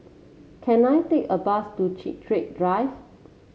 can I take a bus to Chiltern Drive